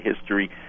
history